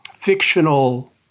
fictional